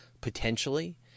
potentially